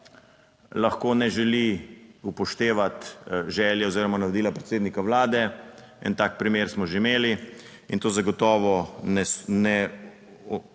lahko ne želi upoštevati želje oziroma navodila predsednika Vlade. En tak primer smo že imeli in to zagotovo ne